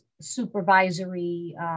supervisory